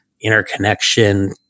interconnection